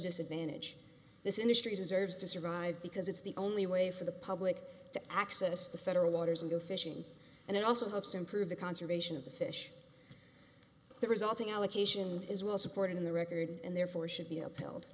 disadvantage this industry deserves to survive because it's the only way for the public to access the federal waters and go fishing and it also helps improve the conservation of the fish the resulting allocation is well supported in the record and therefore should be upheld